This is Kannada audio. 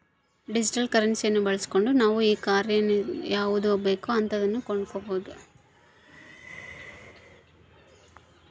ಡಿಜಿಟಲ್ ಕರೆನ್ಸಿಯನ್ನ ಬಳಸ್ಗಂಡು ನಾವು ಈ ಕಾಂಮೆರ್ಸಿನಗ ಯಾವುದು ಬೇಕೋ ಅಂತದನ್ನ ಕೊಂಡಕಬೊದು